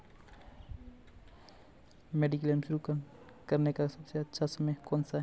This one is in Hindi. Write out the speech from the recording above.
मेडिक्लेम शुरू करने का सबसे अच्छा समय कौनसा है?